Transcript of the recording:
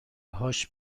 هاش